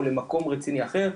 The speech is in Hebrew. או למקום רציני אחר,